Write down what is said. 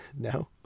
No